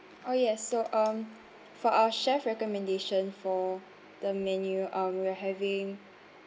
oh yes so um for our chef recommendation for the menu uh we're having